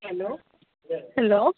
hello hello